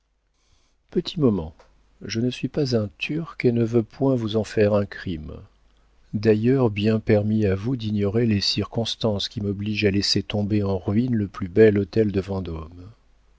je ne suis pas un turc et ne veux point vous en faire un crime d'ailleurs bien permis à vous d'ignorer les circonstances qui m'obligent à laisser tomber en ruines le plus bel hôtel de